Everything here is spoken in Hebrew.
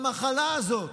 המחלה הזאת